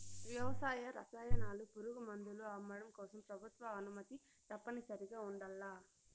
వ్యవసాయ రసాయనాలు, పురుగుమందులు అమ్మడం కోసం ప్రభుత్వ అనుమతి తప్పనిసరిగా ఉండల్ల